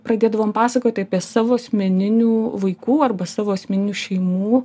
pradėdavom pasakoti apie savo asmeninių vaikų arba savo asmeninių šeimų